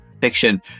fiction